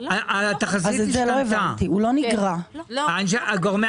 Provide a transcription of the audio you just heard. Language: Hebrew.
גורמי